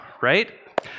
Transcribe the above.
Right